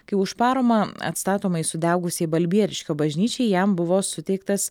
kai už paramą atstatomai sudegusiai balbieriškio bažnyčiai jam buvo suteiktas